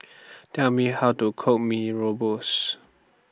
Tell Me How to Cook Mee Rebus